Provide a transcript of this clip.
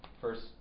first